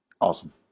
Awesome